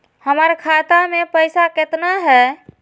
हमर खाता मे पैसा केतना है?